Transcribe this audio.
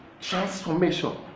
Transformation